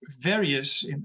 various